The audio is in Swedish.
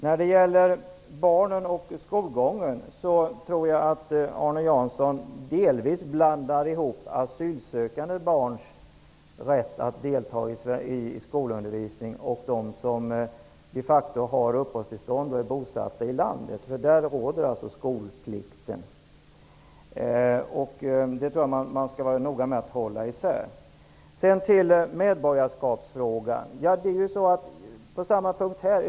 När det gäller barnen och skolgången tror jag att Arne Jansson blandar ihop asylsökande barn, som har rätt att delta i skolundervisning, med barn som de facto har uppehållstillstånd och är bosatta i landet. För dem gäller skolplikten. Jag tror att man skall vara noga med att hålla isär de grupperna. Sedan till medborgarskapsfrågan.